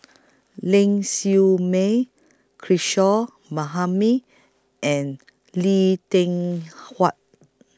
Ling Siew May Kishore and Lee Tin Hua